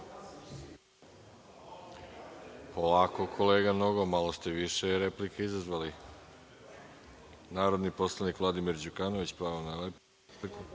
Polako kolega, malo ste više replika izazvali. Narodni poslanik Vladimir Đukanović, pravo na repliku.